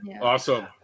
Awesome